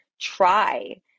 try